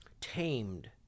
tamed